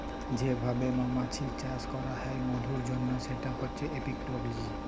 যে ভাবে মমাছির চাষ ক্যরা হ্যয় মধুর জনহ সেটা হচ্যে এপিওলজি